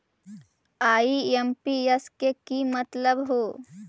IMPS के कि मतलब है?